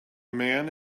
man